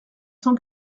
cent